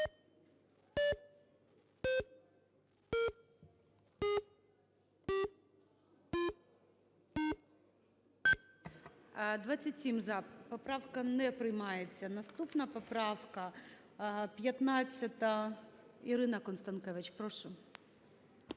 За-27 Поправка не приймається. Наступна поправка - 15. ІринаКонстанкевич, прошу.